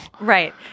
Right